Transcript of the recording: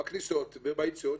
בכניסות וביציאות,